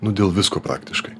nu dėl visko praktiškai